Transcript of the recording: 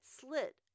slit